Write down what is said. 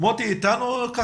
מרדכי וינטר אתנו?